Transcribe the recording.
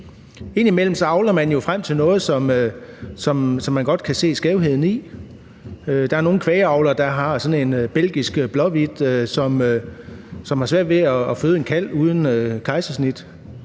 Indimellem fremavler man jo noget, som man godt kan se skævheden i. Der er nogle kvægavlere, der har belgisk blåhvidtkvæg, som har svært ved at føde en kalv uden kejsersnit,